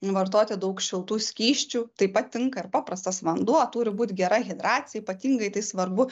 vartoti daug šiltų skysčių taip pat tinka ir paprastas vanduo turi būt gera hidracija ypatingai tai svarbu